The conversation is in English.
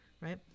right